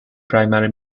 primary